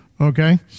Okay